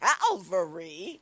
Calvary